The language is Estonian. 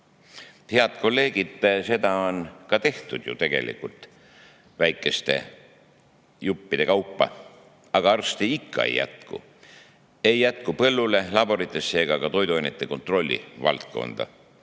Head kolleegid, seda on ka tehtud ju tegelikult väikeste juppide kaupa, aga arste ikka ei jätku. Ei jätku põllule, laboritesse ega ka toiduainete kontrolli valdkonda.